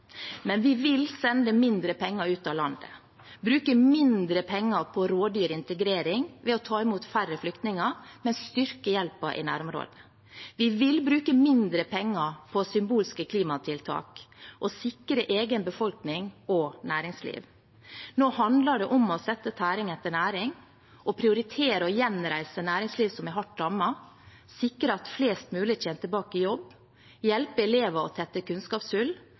men vi vil sende mindre penger ut av landet. Vi vil bruke mindre penger på rådyr integrering ved å ta imot færre flyktninger, men styrke hjelpen i nærområdene. Vi vil bruke mindre penger på symbolske klimatiltak og sikre egen befolkning og næringsliv. Nå handler det om å sette tæring etter næring og prioritere å gjenreise næringsliv som er hardt rammet, sikre at flest mulig kommer tilbake i jobb, hjelpe elever med å tette